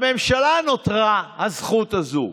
לממשלה נותרה הזכות הזאת,